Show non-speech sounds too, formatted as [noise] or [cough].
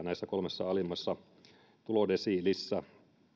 [unintelligible] näissä kolmessa alimmassa tulodesiilissä